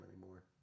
anymore